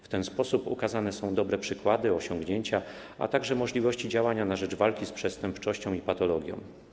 W ten sposób ukazane są dobre przykłady, osiągnięcia, a także możliwości działania na rzecz walki z przestępczością i patologią.